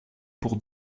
pour